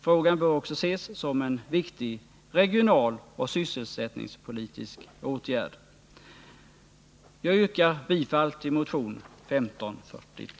Frågan bör ses som viktig också ur regionaloch sysselsättningspolitisk synpunkt.